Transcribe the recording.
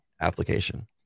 application